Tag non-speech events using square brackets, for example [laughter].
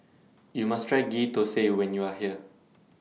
YOU must Try Ghee Thosai when YOU Are here [noise]